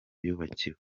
yubakiwe